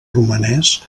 romanès